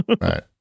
Right